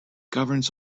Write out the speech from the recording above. governs